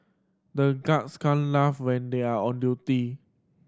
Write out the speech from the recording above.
the guards can't laugh when they are on duty